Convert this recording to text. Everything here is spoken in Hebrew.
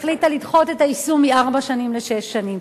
החליטה לדחות את היישום מארבע שנים לשש שנים.